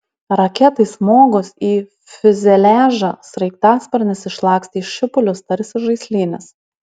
raketai smogus į fiuzeliažą sraigtasparnis išlakstė į šipulius tarsi žaislinis